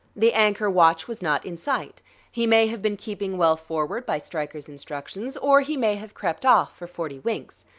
the anchor-watch was not in sight he may have been keeping well forward by stryker's instructions, or he may have crept off for forty winks.